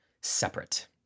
separate